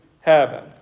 heaven